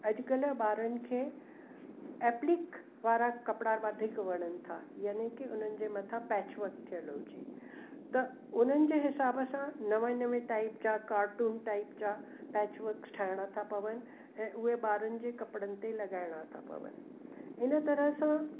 अॼु कल्ह ॿारनि खे एप्लीक वारा कपिड़ा वधीक वणनि था यानि कि हुननि जे मथां पैच वर्क थियल हुजे त उन्हनि जे हिसाब सां नवां नवें टाइप जा कार्टून टाइप जा पैच वर्क ठाहिणा था पवनि ऐं उहे ॿारनि जे कपिड़नि ते लॻाइणा था पवनि इन तरह सां